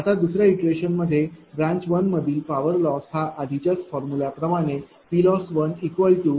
आता दुसर्या इटरेशनमध्ये ब्रांच 1मधील पॉवर लॉस हा आधीच्याच फॉर्मुल्या प्रमाणे PLoss1r×P2Q2। V।20